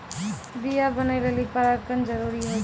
बीया बनै लेलि परागण जरूरी होय छै